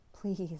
please